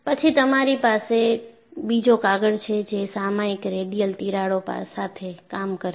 પછી તમારી પાસે બીજો કાગળ છે જે સામયિક રેડિયલ તિરાડો સાથે કામ કરે છે